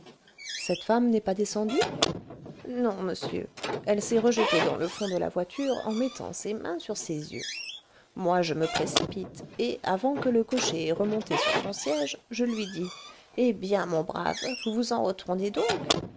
cette femme n'est pas descendue non monsieur elle s'est rejetée dans le fond de la voiture en mettant ses mains sur ses yeux moi je me précipite et avant que le cocher ait remonté sur son siège je lui dis eh bien mon brave vous vous en retournez donc